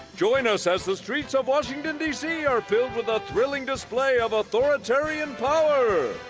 join us as the streets of washington, d c. are filled with a thrilling display of authoritarian power,